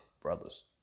brothers